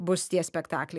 bus tie spektakliai